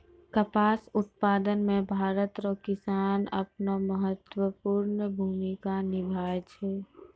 कपास उप्तादन मे भरत रो किसान अपनो महत्वपर्ण भूमिका निभाय छै